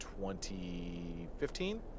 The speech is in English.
2015